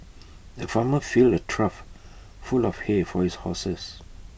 the farmer filled A trough full of hay for his horses